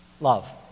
Love